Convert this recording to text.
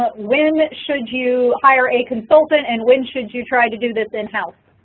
but when should you hire a consultant and when should you try to do this in-house?